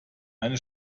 eine